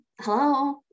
hello